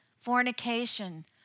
fornication